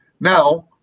Now